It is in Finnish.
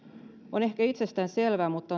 on ehkä itsestäänselvää mutta